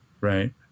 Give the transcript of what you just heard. Right